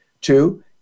Two